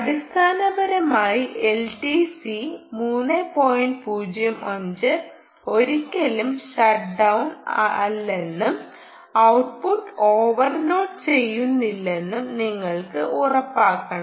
അടിസ്ഥാനപരമായി എൽടിസി 3105 ഒരിക്കലും shut down അല്ലെന്നും ഔട്ട്പുട്ട് ഓവർലോഡ് ചെയ്യുന്നില്ലെന്നും നിങ്ങൾ ഉറപ്പാക്കണം